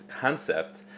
concept